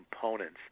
components